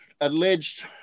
alleged